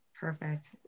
Perfect